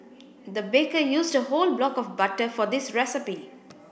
the baker used a whole block of butter for this recipe